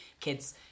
kids